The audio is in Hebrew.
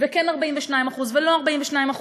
וכן 42% ולא 42%,